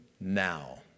now